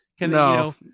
No